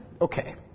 okay